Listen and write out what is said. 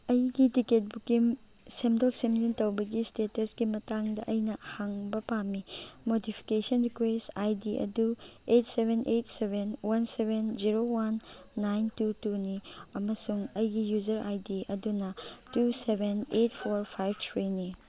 ꯑꯩꯒꯤ ticket booking ꯁꯦꯝꯗꯣꯛ ꯁꯦꯝꯖꯤꯟ ꯇꯧꯕꯒꯤ ꯁ꯭ꯇꯦꯇꯁꯀꯤ ꯃꯇꯥꯡꯗ ꯑꯩꯅ ꯍꯪꯕ ꯄꯥꯝꯃꯤ ꯃꯣꯗꯤꯐꯤꯀꯦꯁꯟ ꯔꯤꯀ꯭ꯋꯦꯁ ꯑꯥꯏ ꯗꯤ ꯑꯗꯨ eight seven eight seven one seven zero one nine two ꯇꯨꯅꯤ ꯑꯃꯁꯨꯡ ꯑꯩꯒꯤ ꯌꯨꯖꯔ ꯑꯥꯏ ꯗꯤ ꯑꯗꯨꯅ two seven eight four five ꯊ꯭ꯔꯤꯅꯤ